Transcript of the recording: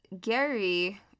Gary